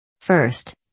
First